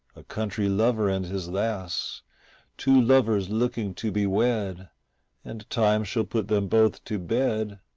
a country lover and his lass two lovers looking to be wed and time shall put them both to bed,